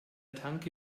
tanke